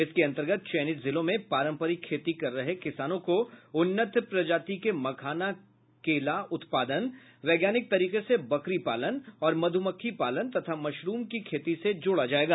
इसके अंतर्गत चयनित जिलों में पारम्परिक खेती कर रहे किसानों को उन्नत प्रजाति के मखाना केला उत्पादन वैज्ञानिक तरीके से बकरीपालन और मध्मक्खी पालन तथा मशरूम की खेती से जोड़ा जायेगा